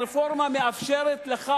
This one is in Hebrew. הרפורמה מאפשרת לך.